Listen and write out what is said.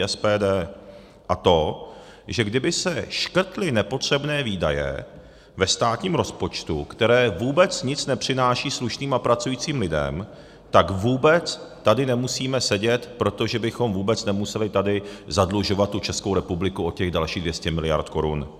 To je to, že kdyby se škrtly nepotřebné výdaje ve státním rozpočtu, které vůbec nic nepřinášejí slušným a pracujícím lidem, tak vůbec tady nemusíme sedět, protože bychom vůbec nemuseli tady zadlužovat tu Českou republiku o těch dalších 200 mld. korun.